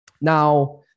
Now